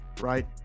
right